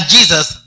Jesus